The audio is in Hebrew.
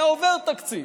היה עובר תקציב.